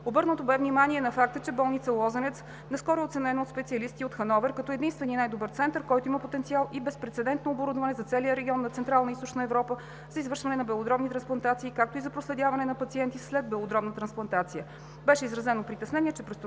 Обърнато бе внимание на факта, че болница „Лозенец“ наскоро е оценена от специалисти от Хановер като единствения и най-добър център, който има потенциал и безпрецедентно оборудване за целия регион на Централна и Източна Европа за извършване на белодробни трансплантации, както и за проследяване на пациенти след белодробна трансплантация. Беше изразено притеснение, че